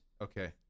okay